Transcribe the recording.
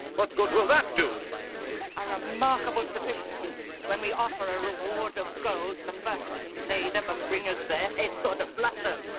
what good will that do? a remarkable sufficiency when we offer a reward of gold for the first to slay them and um bring us their heads on a platter.